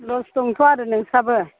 लस दंथ' आरो नोंस्राबो